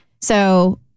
So-